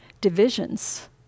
divisions